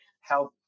help